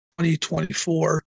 2024